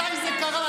מתי זה קרה?